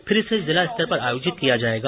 फिर इसे जिला स्तर पर आयोजित किया जायेगा